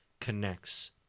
connects